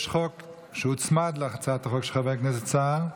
יש חוק שהוצמד להצעת חוק של חבר הכנסת סער,